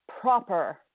proper